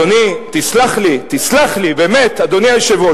אדוני, תסלח לי, תסלח לי, באמת, אדוני היושב-ראש.